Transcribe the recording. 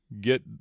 get